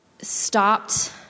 stopped